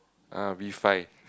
uh B five